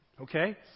okay